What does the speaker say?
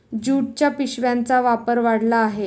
ज्यूटच्या पिशव्यांचा वापर वाढला आहे